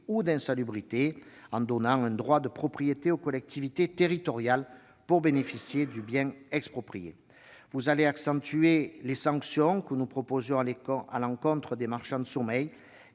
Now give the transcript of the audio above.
ou d'insalubrité, tout en donnant un droit de priorité aux collectivités territoriales qui souhaiteraient profiter du bien exproprié. Vous accentuez les sanctions que nous proposions à l'encontre des marchands de sommeil